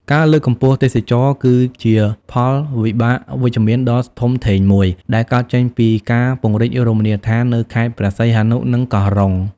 ការលើកកម្ពស់ទេសចរណ៍ គឺជាផលវិបាកវិជ្ជមានដ៏ធំធេងមួយ ដែលកើតចេញពីការពង្រីករមណីយដ្ឋាននៅខេត្តព្រះសីហនុ និងកោះរ៉ុង។